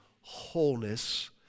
wholeness